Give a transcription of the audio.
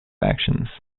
actions